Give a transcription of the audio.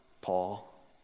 Paul